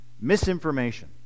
Misinformation